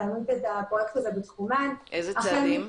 להעמיד את הפרויקט הזה בתחומן --- איזה צעדים?